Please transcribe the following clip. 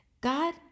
God